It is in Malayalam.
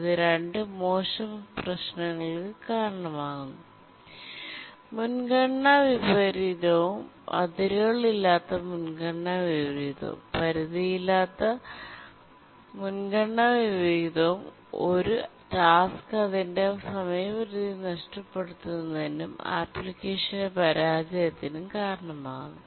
ഇത് രണ്ട് മോശം പ്രശ്നങ്ങൾക്ക് കാരണമാകുന്നു മുൻഗണനാ വിപരീതവും അതിരുകളില്ലാത്ത മുൻഗണന വിപരീതവും പരിധിയില്ലാത്ത മുൻഗണന വിപരീതവും ഒരു ടാസ്ക് അതിന്റെ സമയപരിധി നഷ്ടപ്പെടുത്തുന്നതിനും അപ്ലിക്കേഷന്റെ പരാജയത്തിനും കാരണമാകുന്നു